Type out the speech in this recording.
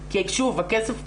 שוב, הכסף קיים.